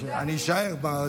אני אישאר.